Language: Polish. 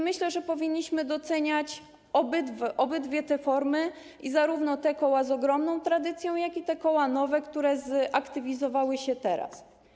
Myślę, że powinniśmy doceniać obydwie te formy, zarówno te koła z ogromną tradycją, jak i te koła nowe, które zaktywizowały się teraz.